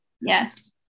Yes